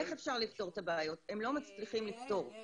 הם לא מצליחים לפתור את הבעיות.